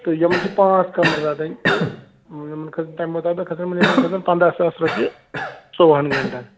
تہٕ یِمن چھِ پانٛژ کمرٕ رَٹٕنۍ تہٕ یِمن کھسن تَمہِ مُطابق کھسن یِمن کھسن پنٛداہ ساس رۄپیہِ ژوٚوُہن گنٹن